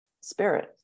spirit